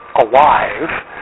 alive